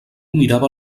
mirava